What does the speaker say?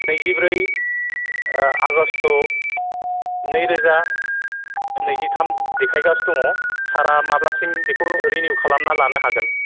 नैजिब्रै आगष्ट' नै रोजा नैजिथाम देखायगासिनो दङ सारआ माब्लासिम बेखौ रिनिउ खालामनानै लानो हागोन